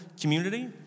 community